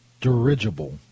dirigible